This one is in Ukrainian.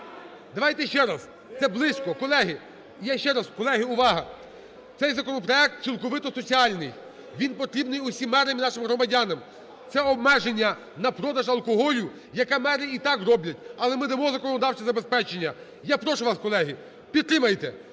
Давайте ще раз, це близько, колеги, я ще раз… Колеги, увага! Цей законопроект цілковито соціальний, він потрібний усім мерам і нашим громадянам. Це обмеження на продаж алкоголю, яке мери і так роблять, але ми дамо законодавче забезпечення. Я прошу вас, колеги, підтримайте,